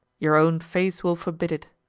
your own face will forbid it.